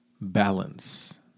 balance